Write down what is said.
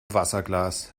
wasserglas